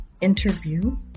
interview